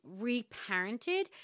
reparented